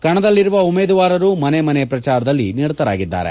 ಕಣದಲ್ಲಿರುವ ಉಮೇದುವಾರರು ಮನೆ ಮನೆ ಪ್ರಚಾರದಲ್ಲಿ ನಿರತರಾಗಿದ್ದಾರೆ